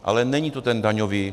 Ale není to ten daňový...